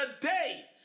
today